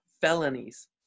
felonies